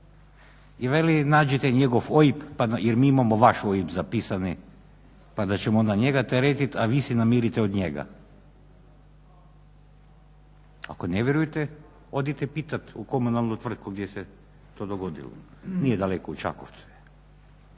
i veli im nađite njegov OIB jer mi imamo vaš OIB zapisani pa ćemo onda njega teretiti, a vi si namirite od njega. Ako ne vjerujete odite pitati u komunalnu tvrtku gdje se to dogodilo. Nije daleko, u Čakovcu